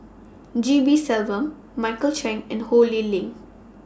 G P Selvam Michael Chiang and Ho Lee Ling